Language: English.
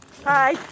Hi